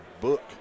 book